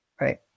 right